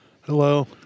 Hello